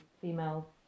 female